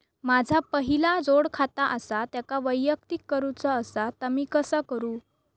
माझा पहिला जोडखाता आसा त्याका वैयक्तिक करूचा असा ता मी कसा करू?